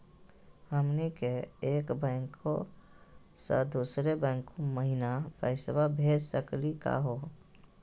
हमनी के एक बैंको स दुसरो बैंको महिना पैसवा भेज सकली का हो?